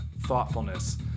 thoughtfulness